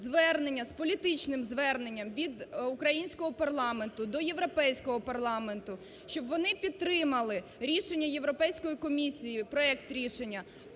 з політичним зверненням від українського парламенту до Європейського парламенту, щоб вони підтримали рішення Європейської комісії, проект рішення,